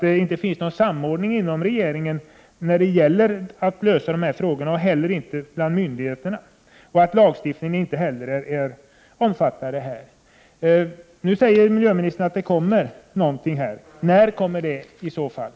Det finns inte någon samordning inom regeringen för att lösa dessa frågor och inte heller mellan myndigheterna. Lagstiftningen omfattar inte heller dessa frågor. Nu säger miljöministern att förslag kommer. När kommer det i så fall?